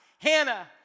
Hannah